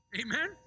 Amen